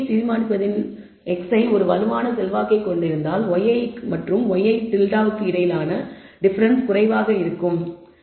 yi ஐ தீர்மானிப்பதில் xi ஒரு வலுவான செல்வாக்கைக் கொண்டிருந்தால் yi மற்றும் ŷi க்கு இடையிலான டிஃபரன்ஸ் குறைவாக இருக்க வேண்டும்